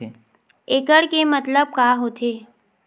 एकड़ के मतलब का होथे?